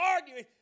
arguing